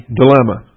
dilemma